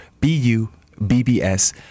B-U-B-B-S